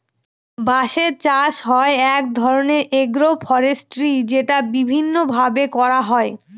বাঁশের চাষ এক ধরনের এগ্রো ফরেষ্ট্রী যেটা বিভিন্ন ভাবে করা হয়